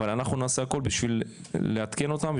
אבל אנחנו נעשה הכול בשביל לעדכן אותם,